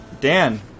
Dan